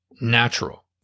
Natural